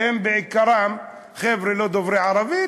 שהם בעיקרם חבר'ה לא דוברי ערבית,